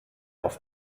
auf